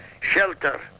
shelter